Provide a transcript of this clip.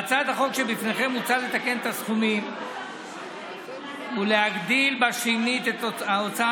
בהצעת החוק שבפניכם מוצע לתקן את הסכומים ולהגדיל שנית את ההוצאה